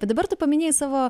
bet dabar tu paminėjai savo